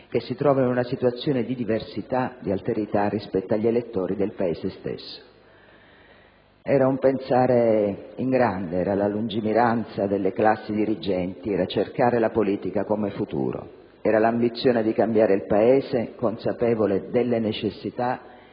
che si trovano in una situazione di diversità, di alterità rispetto agli elettori del Paese stesso. Era un pensare in grande. Era la lungimiranza delle classi dirigenti. Era cercare la politica come futuro. Era l'ambizione di cambiare il Paese consapevole delle necessità